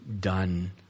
done